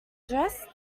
dressed